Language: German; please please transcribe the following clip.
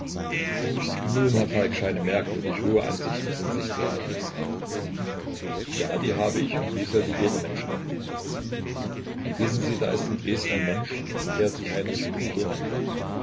nun herr falk scheine merkwürdig hohe ansichten von sich zu haben ja die habe ich und die sollte jeder mensch haben wissen sie da ist in dresden ein mensch der sich heinrich pudor nennt